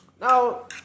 now